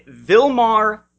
Vilmar